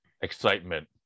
excitement